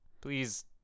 Please